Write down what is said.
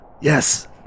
Yes